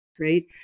right